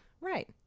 right